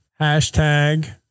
Hashtag